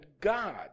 God